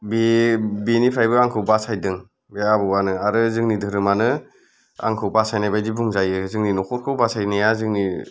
बे बेनिफ्रायबो आंखौ बासायदों बे आबौआनो आरो जोंनि धोरोमआनो आंखौ बासायनाय बादि बुंजायो जोंनि न'खरखौ बासायनाया जोंनि